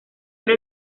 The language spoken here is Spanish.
era